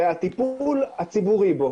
והטיפול הציבורי בו